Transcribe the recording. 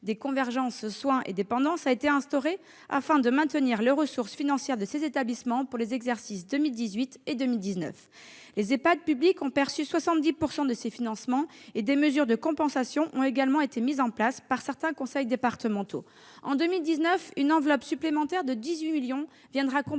des convergences soins et dépendance a été instauré, afin de maintenir les ressources financières de ces établissements pour les exercices 2018 et 2019. Les EHPAD publics ont perçu 70 % de ces financements et des mesures de compensation ont également été mises en place par certains conseils départementaux. En 2019, une enveloppe supplémentaire de 18 millions d'euros viendra compléter